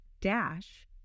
dash